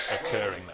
occurring